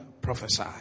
prophesy